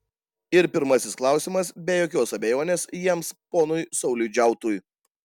ir pirmasis klausimas be jokios abejonės jiems ponui sauliui džiautui